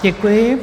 Děkuji.